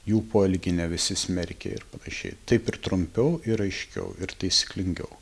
jų poelgį ne visi smerkė ir panašiai taip ir trumpiau ir aiškiau ir taisyklingiau